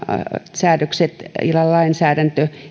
säädökset ja lainsäädäntö